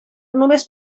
només